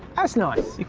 that's nice.